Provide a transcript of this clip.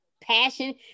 passion